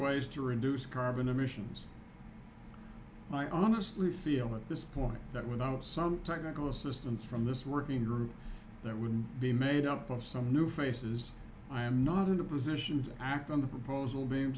ways to reduce carbon emissions i honestly feel at this point that without some technical assistance from this working group that would be made up of some new faces i am not into positions act on the proposal being